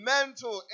Mental